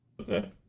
okay